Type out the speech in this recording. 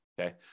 okay